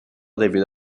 debido